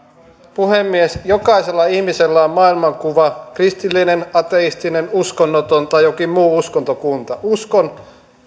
puhemies jokaisella ihmisellä on maailmankuva kristillinen ateistinen uskonnoton tai jokin muu uskontokunta uskon